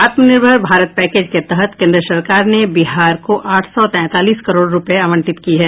आत्मनिर्भर भारत पैकेज के तहत केंद्र सरकार ने बिहार को आठ सौ तैंतालीस करोड़ रूपये आवंटित की है